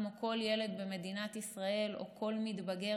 כמו כל ילד במדינת ישראל או כל מתבגר